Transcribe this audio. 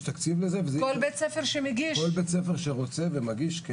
יש תקציב לזה, וכל בית ספר שרוצה ומגיש.